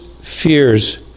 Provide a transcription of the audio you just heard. fears